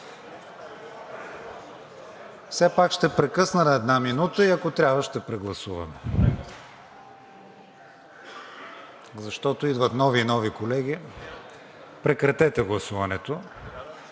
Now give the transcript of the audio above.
Все пак ще прекъснем една минута и ако трябва, ще прегласуваме, защото идват нови и нови колеги. Гласували